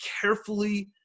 carefully